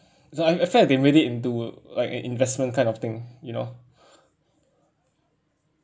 really into like an investment kind of thing you know